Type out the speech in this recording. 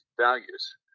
values